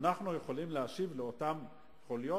אנחנו יכולים להשיב לאותן חוליות,